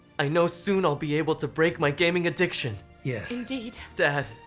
i know soon i'll be able to break my gaming addiction. yes. indeed. dad,